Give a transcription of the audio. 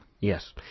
Yes